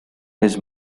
his